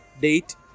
date